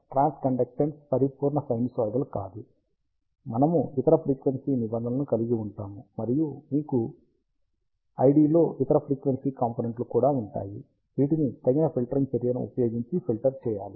transconductance పరి పూర్ణ sinusoidal కాదు మనము ఇతర ఫ్రీక్వెన్సీ నిబంధనలను కలిగి ఉంటాము మరియు మీకు ID లో ఇతర ఫ్రీక్వెన్సీ కాంపోనెంట్ లు కూడా ఉంటాయి వీటిని తగిన ఫిల్టరింగ్ చర్యను ఉపయోగించి ఫిల్టర్ చేయాలి